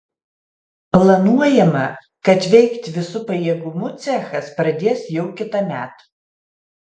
planuojama kad veikti visu pajėgumu cechas pradės jau kitąmet